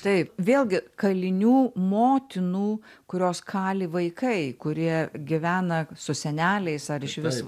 taip vėlgi kalinių motinų kurios kali vaikai kurie gyvena su seneliais ar išvis